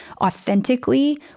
authentically